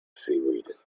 seaweed